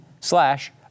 slash